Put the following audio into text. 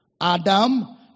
Adam